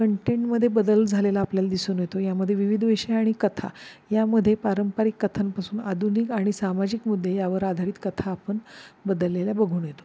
कंटेंटमध्ये बदल झालेला आपल्याला दिसून येतो यामध्ये विविध विषय आणि कथा यामध्ये पारंपरिक कथांपासून आधुनिक आणि सामाजिक मुद्दे यावर आधारित कथा आपण बदललेल्या बघून येतो